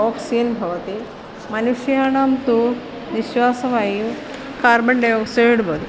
oxygen भवति मनुष्याणां तु निश्वासवायुः कार्बन् डै आक्सैड् भवति